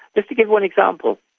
just to give one example,